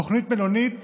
תוכנית מלונית